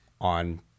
on